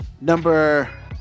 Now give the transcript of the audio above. Number